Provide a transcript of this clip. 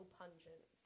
pungent